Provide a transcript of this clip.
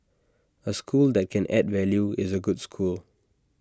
A school that can add value is A good school